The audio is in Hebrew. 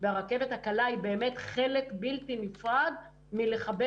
והרכבת הקלה היא באמת חלק בלתי נפרד מלחבר